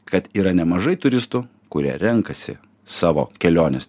kad yra nemažai turistų kurie renkasi savo keliones